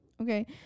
okay